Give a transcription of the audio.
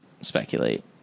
Speculate